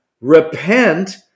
repent